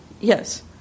Yes